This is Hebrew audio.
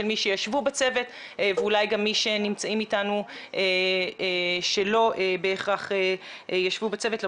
מי שישבו בצוות ואולי גם מי שנמצאים איתנו שלא בהכרח ישבו בצוות,